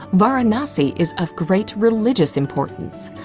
varanasi is of great religious importance.